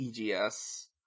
EGS